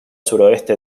suroeste